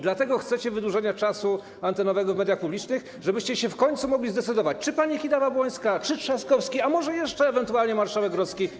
Dlatego chcecie wydłużenia czasu antenowego w mediach publicznych, żebyście się w końcu mogli zdecydować, czy pani Kidawa-Błońska, czy Trzaskowski, a może jeszcze ewentualnie marszałek Grodzki.